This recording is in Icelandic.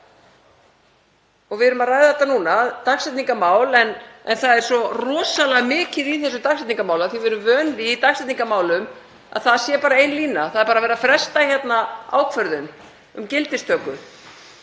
og við erum að ræða þetta núna, dagsetningarmál. En það er svo rosalega mikið í þessu dagsetningarmáli. Við erum vön því í dagsetningarmálum að það sé bara ein lína, að það sé bara verið að fresta ákvörðun um gildistöku.